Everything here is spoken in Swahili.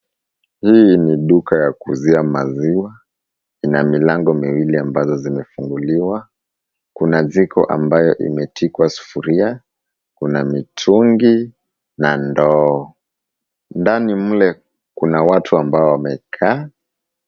Hili ni duka la kuuzia maziwa. Ina milango miwili ambazo zimefunguliwa. Kuna jiko ambayo imetikwa sufuria. Kuna mitungi na ndoo. Ndani mle kuna watu ambao wamekaa.